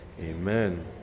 Amen